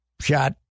shot